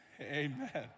Amen